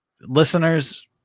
Listeners